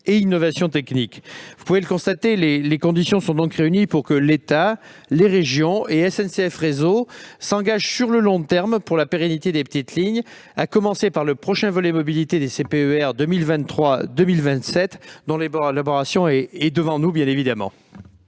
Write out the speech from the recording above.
et innovation technique. Vous pouvez donc constater, monsieur le sénateur, que les conditions sont bien réunies pour que l'État, les régions et SNCF Réseau s'engagent sur le long terme pour la pérennité des petites lignes, à commencer par le prochain volet mobilité des CPER 2023-2027, dont l'élaboration est devant nous. La parole est